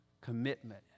commitment